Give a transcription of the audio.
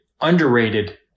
underrated